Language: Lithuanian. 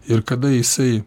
ir kada jisai